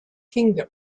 kingdom